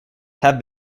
have